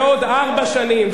ועוד ארבע שנים,